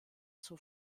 zur